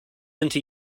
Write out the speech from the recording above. unto